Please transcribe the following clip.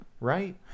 right